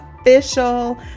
Official